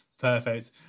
Perfect